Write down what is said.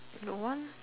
your one